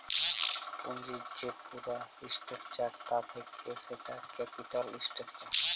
পুঁজির যে পুরা স্ট্রাকচার তা থাক্যে সেটা ক্যাপিটাল স্ট্রাকচার